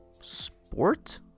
sport